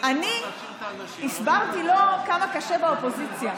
אני הסברתי לו כמה קשה באופוזיציה,